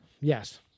Yes